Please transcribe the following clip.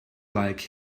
like